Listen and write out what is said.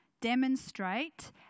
Demonstrate